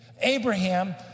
Abraham